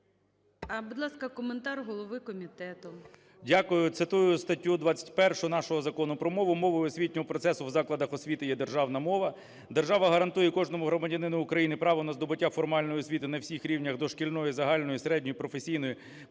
Будь ласка, коментар голови комітету.